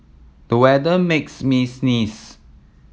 the weather makes me sneeze